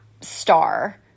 star